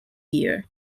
year